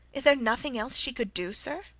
is there nothing else she could do, sir?